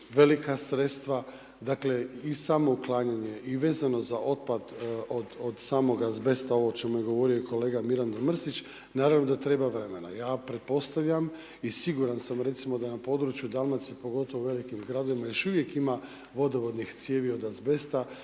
velika sredstva, dakle i samo uklanjanje i vezano za otpad od samog azbesta, ovo o čemu je govorio i kolega Mirando Mršić, naravno da treba vremena. Ja pretpostavljam i siguran sam recimo da na području Dalmacije, pogotovo u velikim gradovima još uvijek ima vodovodnih cijevi od azbesta,